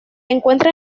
encuentra